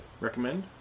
Recommend